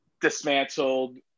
dismantled